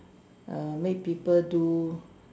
err make people do